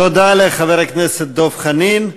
תודה לחבר הכנסת דב חנין.